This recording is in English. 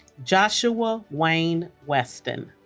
joshua wayne weston